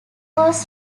walls